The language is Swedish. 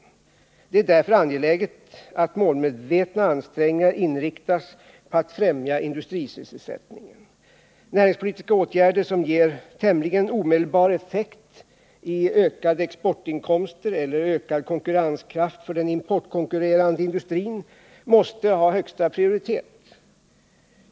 Det är därför angeläget att målmedvetna ansträngningar inriktas på att främja industrisysselsättningen. Näringspolitiska åtgärder som ger tämligen omedelbar effekt i ökade exportinkomster eller ökad konkurrenskraft för den importkonkurrerande industrin måste ha högsta prioritet.